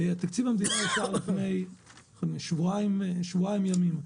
תקציב המדינה אושר לפני שבועיים ימים.